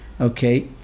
Okay